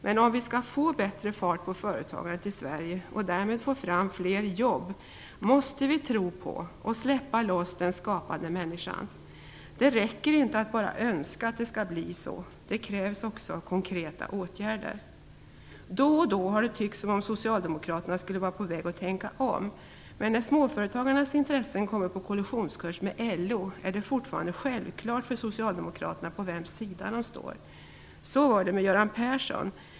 Men om vi skall få bättre fart på företagandet i Sverige, och därmed få fram fler jobb, måste vi tro på och släppa loss den skapande människan. Det räcker inte att bara önska att det skall bli så. Det krävs också konkreta åtgärder. Då och då har det tyckts som om socialdemokraterna skulle vara på väg att tänka om. Men när småföretagarnas intressen kommer på kollisionskurs med LO är det fortfarande självklart för socialdemokraterna på vems sida de står. Så var det med Göran Persson.